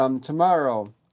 Tomorrow